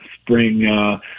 spring